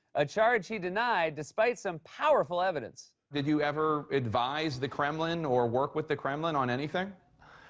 a charge he denied despite some powerful evidence. did you ever advise the kremlin or work with the kremlin on anything?